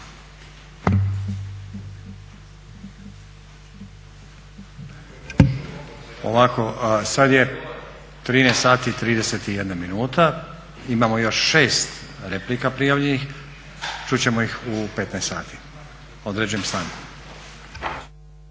Ovako, sad je 13,31 sati. Imamo još 6 replika prijavljenih. Čut ćemo ih u 15 sati. Određujem stanku.